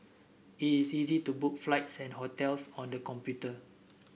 it is easy to book flights and hotels on the computer